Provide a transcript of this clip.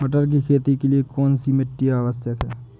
मटर की खेती के लिए कौन सी मिट्टी आवश्यक है?